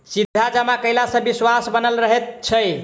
सीधा जमा कयला सॅ विश्वास बनल रहैत छै